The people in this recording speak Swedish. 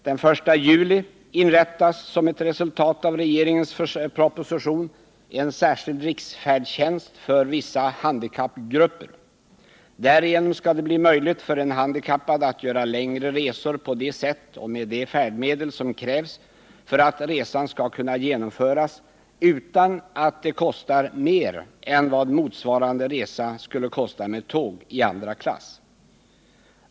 Den 1 juli inrättas som ett resultat av regeringens proposition en särskild riksfärdtjänst för vissa handikappgrupper. Därigenom skall det bli möjligt för en handikappad att göra längre resor på det sätt och med det färdmedel som krävs för att resan skall kunna genomföras, utan att det kostar mer än vad motsvarande resa skulle ha kostat med tåg i andra klass.